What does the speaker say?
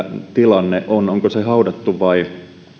tilanne tällä hetkellä onko se haudattu vai